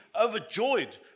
overjoyed